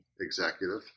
executive